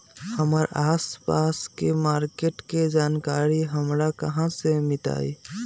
हमर आसपास के मार्किट के जानकारी हमरा कहाँ से मिताई?